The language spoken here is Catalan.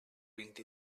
vint